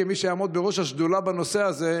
כמי שיעמוד בראש השדולה בנושא הזה,